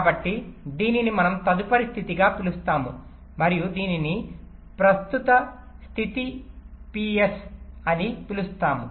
కాబట్టి దీనిని మనం తదుపరి స్థితి గా పిలుస్తాము మరియు దీనిని ప్రస్తుత స్థితి పిఎస్ అని పిలుస్తాము